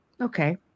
okay